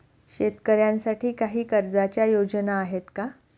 शेतकऱ्यांसाठी काही कर्जाच्या योजना आहेत का?